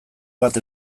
bat